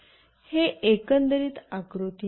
हे एकंदरीत आकृती आहे